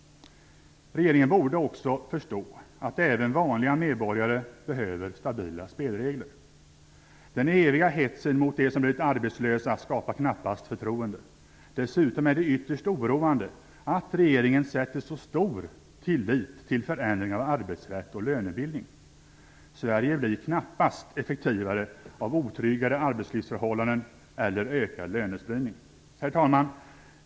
Regeringen borde också förstå att även vanliga medborgare behöver stabila spelregler. Den eviga hetsen mot dem som blivit arbetslösa skapar knappast förtroende. Dessutom är det ytterst oroande att regeringen sätter så stor tillit till förändringar av arbetsrätt och lönebildning. Sverige blir knappast effektivare av otryggare arbetslivsförhållanden eller ökad lönespridning. Herr talman!